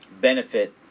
benefit